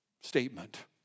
statement